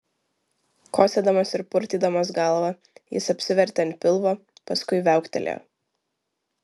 kosėdamas ir purtydamas galvą jis apsivertė ant pilvo paskui viauktelėjo